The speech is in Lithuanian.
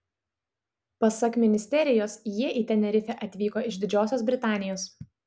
pasak ministerijos jie į tenerifę atvyko iš didžiosios britanijos